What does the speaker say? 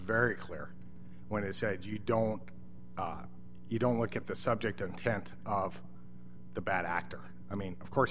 very clear when it said you don't you don't look at the subject in front of the bad actor i mean of course